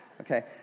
Okay